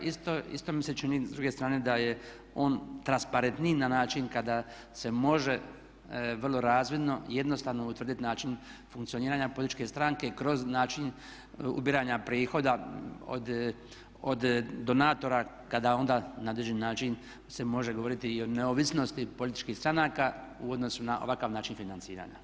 Isto mi se čini s druge strane da je on transparentniji na način kada se može vrlo razvidno i jednostavno utvrditi način funkcioniranja političke stranke kroz način ubiranja prihoda od donatora kada onda na određeni način se može govoriti i o neovisnosti političkih stranaka u odnosu na ovakav način financiranja.